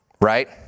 Right